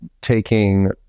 taking